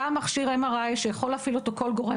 גם מכשיר MRI שיכול להפעיל אותו כל גורם